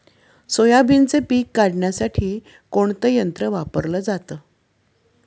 सोयाबीनचे पीक काढण्यासाठी कोणते यंत्र वापरले जाते?